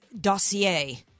dossier